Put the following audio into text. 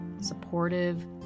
supportive